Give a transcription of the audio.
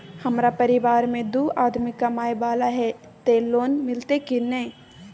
हमरा परिवार में दू आदमी कमाए वाला हे ते लोन मिलते की ने?